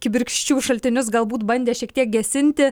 kibirkščių šaltinius galbūt bandė šiek tiek gesinti